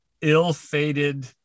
ill-fated